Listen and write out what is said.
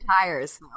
tires